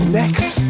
next